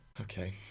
Okay